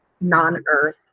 non-earth